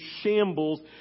shambles